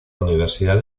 universidad